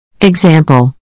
Example